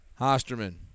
Hosterman